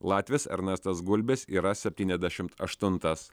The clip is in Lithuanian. latvis ernestas gulbis yra septyniasdešimt aštuntas